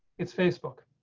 it's facebook.